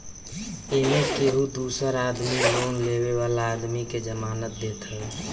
एमे केहू दूसर आदमी लोन लेवे वाला आदमी के जमानत देत हवे